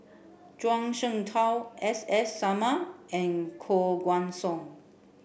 Zhuang Shengtao S S Sarma and Koh Guan Song